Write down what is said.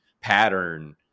pattern